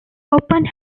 open